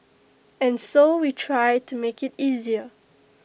and so we try to make IT easier